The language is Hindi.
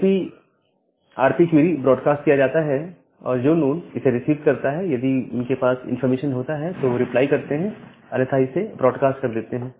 ए पीआरपी क्यूरी ब्रॉडकास्ट किया जाता है और जो नोड इसे रिसीव करते हैं यदि उनके पास इंफॉर्मेशन होता है तो वो रिप्लाई करते हैं अन्यथा इसे ब्रॉडकास्ट कर देते हैं